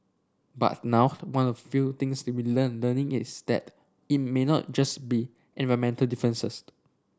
but now one of the few things we are learn learning is that it may not just be environmental